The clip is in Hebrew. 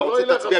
אתה רוצה תצביע.